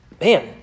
man